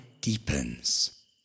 deepens